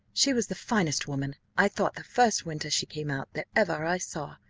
she was the finest woman, i thought, the first winter she came out, that ever i saw,